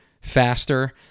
faster